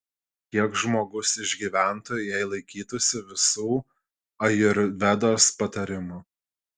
kiek žmogus išgyventų jei laikytųsi visų ajurvedos patarimų